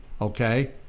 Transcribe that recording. okay